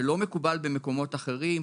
שלא מקובל במקומות אחרים,